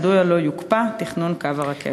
מדוע לא יוקפא תכנון קו הרכבת?